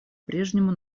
прежнему